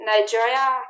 Nigeria